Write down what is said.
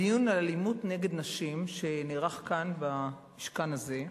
בדיון על אלימות נגד נשים שנערך כאן במשכן הזה,